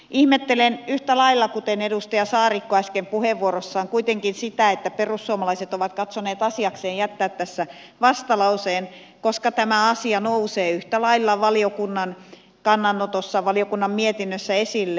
ihmettelen yhtä lailla kuin edustaja saarikko äsken puheenvuorossaan kuitenkin sitä että perussuomalaiset ovat katsoneet asiakseen jättää tässä vastalauseen koska tämä asia nousee yhtä lailla valiokunnan kannanotossa valiokunnan mietinnössä esille